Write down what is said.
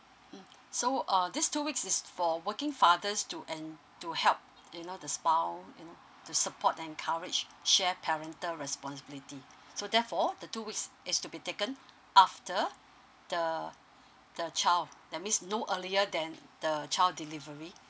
mm so err this two weeks is for working father's to and to help you know the spouse you know to support encourage share parental responsibility so therefore the two weeks it's to be taken after the the child that's mean no earlier than the child delivery